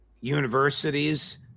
universities